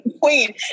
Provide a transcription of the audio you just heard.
queen